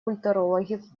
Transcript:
культурологи